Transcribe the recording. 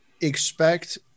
expect